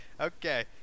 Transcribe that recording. Okay